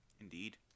Indeed